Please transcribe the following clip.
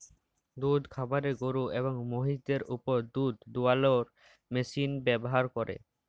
দুহুদ খামারে গরু এবং মহিষদের উপর দুহুদ দুয়ালোর মেশিল ব্যাভার ক্যরে